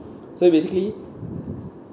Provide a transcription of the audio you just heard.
so basically